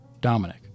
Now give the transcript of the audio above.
Dominic